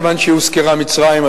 כיוון שהוזכרה מצרים,